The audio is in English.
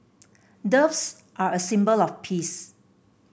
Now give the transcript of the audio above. doves are a symbol of peace